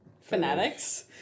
fanatics